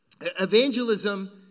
Evangelism